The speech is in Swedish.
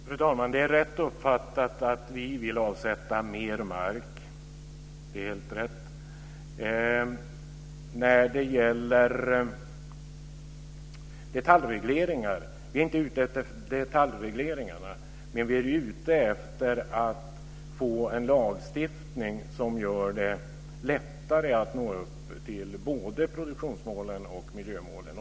Fru talman! Det är rätt uppfattat att vi vill avsätta mer mark. Det är helt rätt. Vi är inte ute efter detaljregleringarna, men vi är ute efter att få en lagstiftning som gör det lättare att nå upp till både produktionsmålen och miljömålen.